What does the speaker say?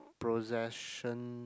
possession